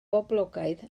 boblogaidd